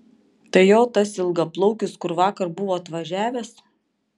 tai jo tas ilgaplaukis kur vakar buvo atvažiavęs